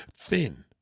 thin